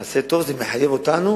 נעשה טוב, זה מחייב אותנו